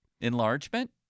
enlargement